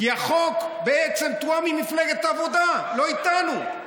כי החוק בעצם תואם עם מפלגת העבודה, לא איתנו.